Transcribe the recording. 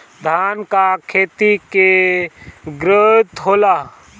धान का खेती के ग्रोथ होला?